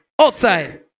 outside